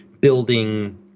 building